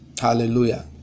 Hallelujah